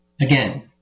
Again